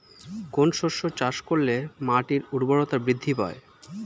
কোন শস্য চাষ করলে মাটির উর্বরতা বৃদ্ধি পায়?